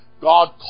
God